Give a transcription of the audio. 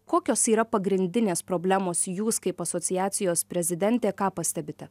kokios yra pagrindinės problemos jūs kaip asociacijos prezidentė ką pastebite